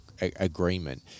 agreement